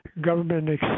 government